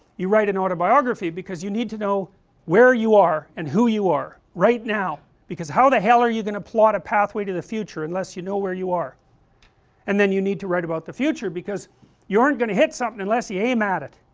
you write an autobiography because you need to know where you are and who you are, right now, because how the hell are you going to plot a pathway to the future unless you know where you are and then you need to write about the future because you aren't going to hit something unless you aim at it